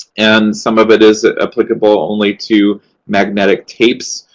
and some of it is applicable only to magnetic tapes.